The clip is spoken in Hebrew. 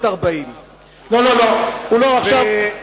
הוא לא עכשיו.